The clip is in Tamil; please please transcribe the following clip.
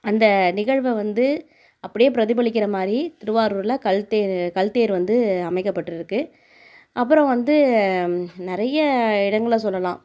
அந்த நிகழ்வை வந்து அப்படே பிரதிபலிக்கிற மாதிரி திருவாரூரில் கல் தேர் கல் தேர் வந்து அமைக்கப்பட்டிருக்கு அப்புறம் வந்து நிறைய இடங்களை சொல்லலாம்